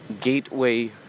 Gateway